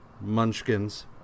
munchkins